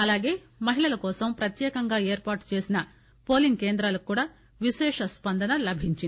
అలాగే మహిళల కోసం ప్రత్యేకంగా ఏర్పాటు చేసిన పోలింగ్ కేంధ్రాలకు కూడా విశేష స్పందన లభించింది